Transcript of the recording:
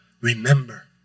remember